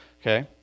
okay